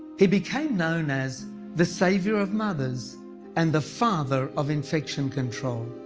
he became known as the saviour of mothers and the father of infection control.